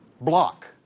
block